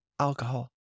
Alcohol